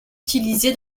utilisé